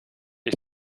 ich